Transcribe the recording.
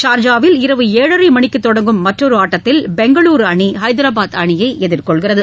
சார்ஜாவில் இரவு ஏழனர் மணிக்கு தொடங்கும் மற்றொரு ஆட்டத்தில் பெங்களுரு அணி ஹைதராபாத் அணியை எதிர்கொள்கிறது